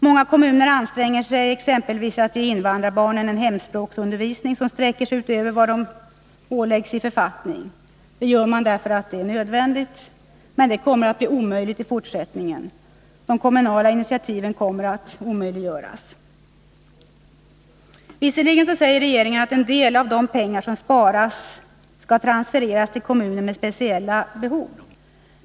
Många kommuner anstränger sig exempelvis att ge invandrarbarnen en hemspråksundervisning som sträcker sig utöver vad de åläggs i författning. Det gör man därför att det är nödvändigt, men det kommer att bli omöjligt i fortsättningen. De kommunala initiativen kommer att omöjliggöras. Visserligen säger regeringen att en del av de pengar som sparas skall transfereras till kommuner med speciella behov.